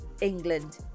England